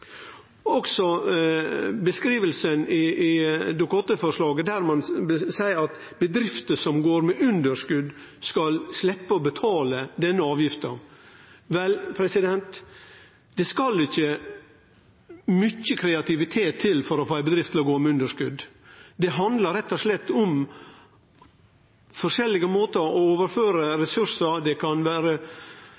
desse også få liknande typar skattlegging? Dokument 8-forslaget beskriv at bedrifter som går med underskot, skal sleppe å betale denne avgifta. Vel, det skal ikkje mykje kreativitet til for å få ei bedrift til å gå med underskot. Det handlar rett og slett om forskjellige måtar å overføre